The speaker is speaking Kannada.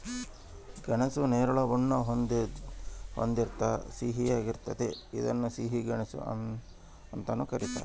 ಗೆಣಸು ನೇರಳೆ ಬಣ್ಣ ಹೊಂದಿರ್ತದ ಸಿಹಿಯಾಗಿರ್ತತೆ ಇದನ್ನ ಸಿಹಿ ಗೆಣಸು ಅಂತಾನೂ ಕರೀತಾರ